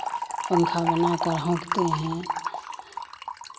पंखा बना कर होंकते हैं